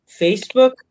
Facebook